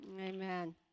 Amen